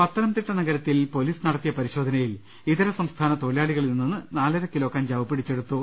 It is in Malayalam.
പത്തനംതിട്ട നഗരത്തിൽ പൊലീസ് നടത്തിയ പരിശോധനയിൽ ഇതര സംസ്ഥാന തൊഴിലാളികളിൽ നിന്ന് നാലരകിലോ കഞ്ചാവ് പിടിച്ചെടുത്തു